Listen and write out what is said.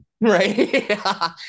Right